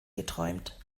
geträumt